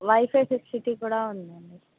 wifi facility కూడా ఉందండి